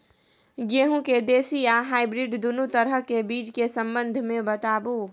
गेहूँ के देसी आ हाइब्रिड दुनू तरह के बीज के संबंध मे बताबू?